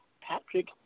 Patrick